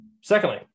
Secondly